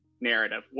narrative